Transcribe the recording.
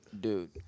dude